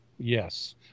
Yes